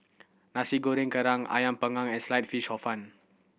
Nasi Goreng Kerang Ayam Panggang and Sliced Fish Hor Fun